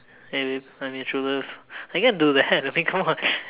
hey babe I'm in true love I can't do that I mean come on